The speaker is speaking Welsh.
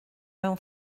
mewn